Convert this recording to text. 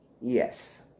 Yes